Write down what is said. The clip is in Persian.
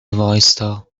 وایستا